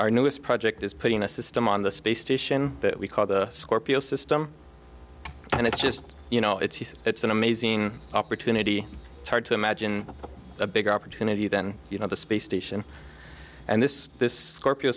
our newest project is putting a system on the space station that we call the scorpio system and it's just you know it's it's an amazing opportunity tarde to imagine a bigger opportunity then you know the space station and this this scorpio